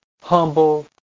humble